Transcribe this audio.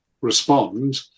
respond